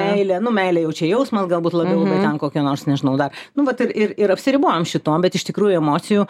meilė nu meilė jau čia jausmas galbūt labiau ten kokia nors nežinau dar nu vat ir ir ir apsiribojam šitom bet iš tikrųjų emocijų